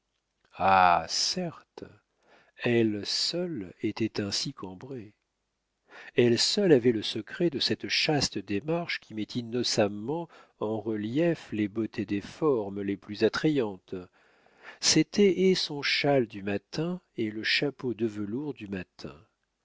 ah certes elle seule était ainsi cambrée elle seule avait le secret de cette chaste démarche qui met innocemment en relief les beautés des formes les plus attrayantes c'était et son châle du matin et le chapeau de velours du matin